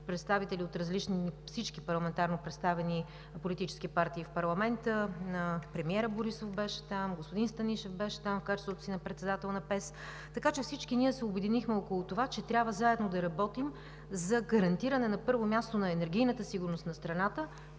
представители от всички парламентарно представени политически партии в парламента, премиерът Борисов беше там, господин Станишев беше там в качеството си на председател на ПЕС. Така че всички ние се обединихме около това, че трябва заедно да работим за гарантиране, на първо място, на енергийната сигурност на страната